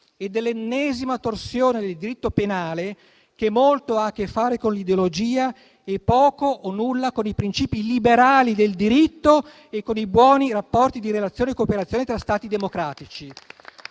e dell'ennesima torsione del diritto penale, che molto ha a che fare con l'ideologia e poco o nulla con i principi liberali del diritto e con i buoni rapporti di relazione e cooperazione tra Stati democratici.